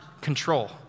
control